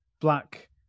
Black